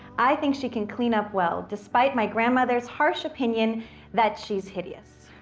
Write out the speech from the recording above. i think she can clean up well, despite my grandmother's harsh opinion that she's hideous.